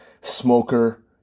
smoker